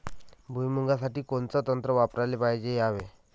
भुइमुगा साठी कोनचं तंत्र वापराले पायजे यावे?